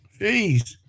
Jeez